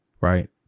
Right